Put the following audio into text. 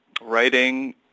writing